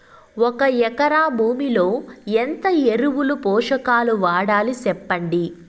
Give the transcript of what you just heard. ఒక ఎకరా భూమిలో ఎంత ఎరువులు, పోషకాలు వాడాలి సెప్పండి?